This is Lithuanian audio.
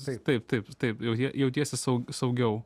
taip taip taip taip jautie jautiesi sau saugiau